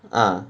ah